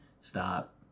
stop